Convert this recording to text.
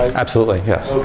absolutely, yes.